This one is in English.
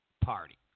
party